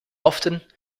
often